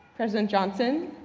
president johnson,